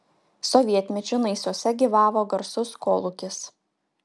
sovietmečiu naisiuose gyvavo garsus kolūkis